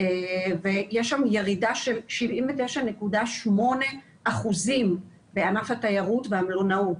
ויש שם ירידה של 79.8% בענף התיירות והמלונאות.